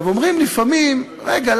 עכשיו אומרים לפעמים: רגע,